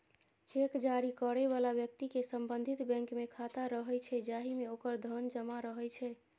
cheque जारी करै बला व्यक्ति के संबंधित बैंक मे खाता रहै छै, जाहि मे ओकर धन जमा रहै छै